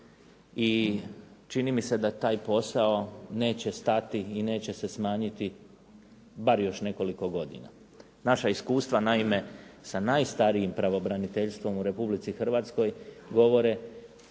i čini mi se da taj posao neće stati i neće se smanjiti bar još nekoliko godina. Naša iskustva naime sa najstarijim pravobraniteljstvom u Republici Hrvatskoj govore